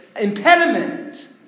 Impediment